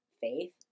faith